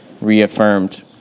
reaffirmed